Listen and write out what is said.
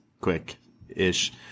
quick-ish